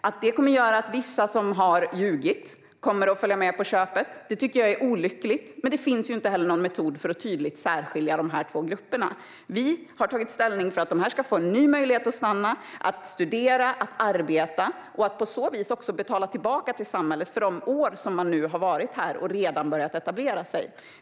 Att detta kommer att göra att vissa som har ljugit kommer att få följa med på köpet tycker jag är olyckligt, men det finns ingen metod för att tydligt särskilja dessa två grupper. Vi har tagit ställning för att dessa personer ska få en ny möjlighet att stanna, studera och arbeta och på så vis också betala tillbaka till samhället för de år som de nu har varit här och redan börjat etablera sig.